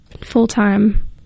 full-time